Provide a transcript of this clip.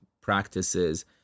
practices